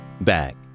back